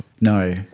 No